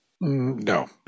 No